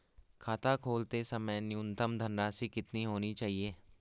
खाता खोलते समय न्यूनतम धनराशि कितनी होनी चाहिए?